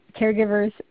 caregivers